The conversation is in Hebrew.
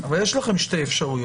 אבל יש לכם שתי אפשרויות.